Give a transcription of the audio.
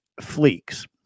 Fleeks